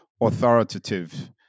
authoritative